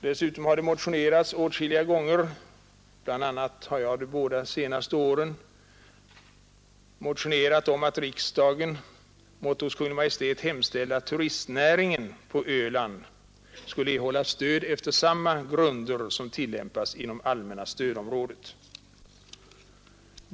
Dessutom har jag de båda senaste åren väckt motioner om att riksdagen måtte hos Kungl. Maj.t hemställa att turistnäringen på Öland skulle erhålla stöd efter samma grunder som tillämpas inom allmänna stödområdet.